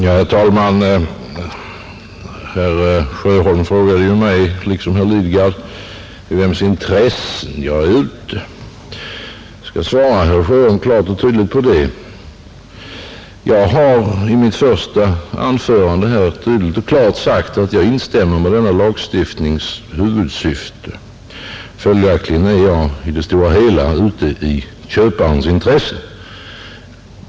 Herr talman! Herr Sjöholm frågade mig liksom herr Lidgard i vems intressen jag är ute. Jag skall svara herr Sjöholm klart och tydligt på det. Jag har i mitt första anförande klart sagt ifrån att jag instämmer i den föreslagna lagstiftningens huvudsyfte. Följaktligen är jag i det stora hela ute i köparens intresse.